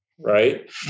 Right